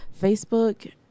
Facebook